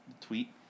tweet